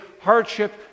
hardship